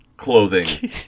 Clothing